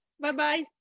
Bye-bye